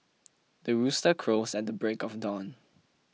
the rooster crows at the break of dawn